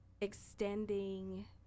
extending